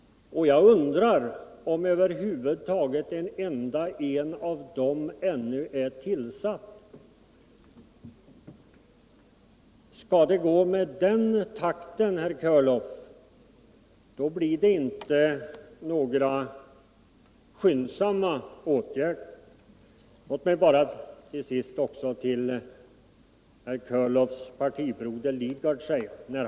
Och jag undrar om över huvud taget en enda av dem ännu är tillsatt. Skall det gå i den takten, herr Körlof, blir det inte några skyndsamma åtgärder. Låt mig till sista bara säga ett par ord till herr Körlofs partibroder herr Lidgard.